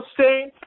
State